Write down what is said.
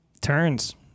turns